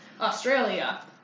Australia